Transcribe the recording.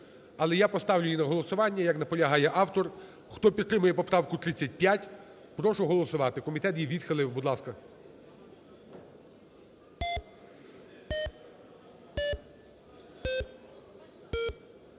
Але я поставлю її на голосування, як наполягає автор. Хто підтримує поправку 35, прошу голосувати. Комітет її відхилив. Будь ласка.